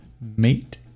mate